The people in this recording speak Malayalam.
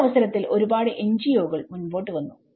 ഈ അവസരത്തിൽ ഒരുപാട് NGO കൾ മുൻപോട്ട് വന്നു